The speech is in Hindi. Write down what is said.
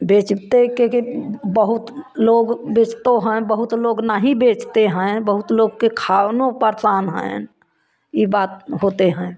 बेचते के के बहुत लोग बेचतों हैं बहुत लोग नहीं बेचते हैं बहुत लोग को खाओनो परेशान हैन ई बात होते हैं